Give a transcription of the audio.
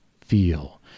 feel